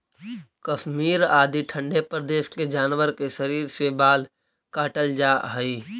कश्मीर आदि ठण्ढे प्रदेश के जानवर के शरीर से बाल काटल जाऽ हइ